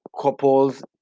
couples